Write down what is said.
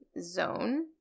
zone